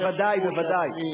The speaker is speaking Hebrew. בוודאי,